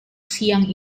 siang